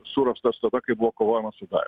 surastas tada kai buvo kovojama su daješ